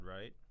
right